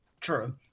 true